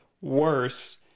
worse